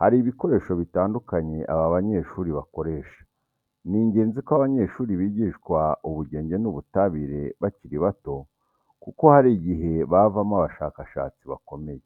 hari ibikoresho bitandukanye aba banyeshuri bakoresha. Ni ingenzi ko abanyeshuri bigishwa Ubugenge n'Ubutabire bakiri bato kuko hari igihe bavamo abashakashatsi bakomeye.